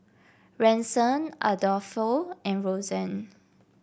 Ransom Adolfo and Rosanne